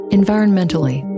environmentally